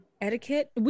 Etiquette